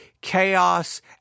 chaos